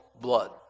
blood